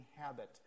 habit